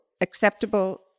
acceptable